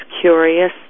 curious